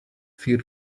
fear